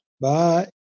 Bye